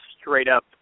straight-up